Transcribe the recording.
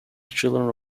children